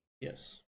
Yes